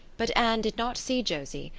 but anne did not see josie,